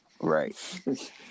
Right